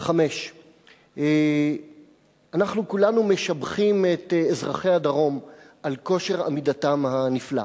5. אנחנו כולנו משבחים את אזרחי הדרום על כושר עמידתם הנפלא,